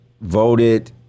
voted